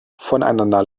voneinander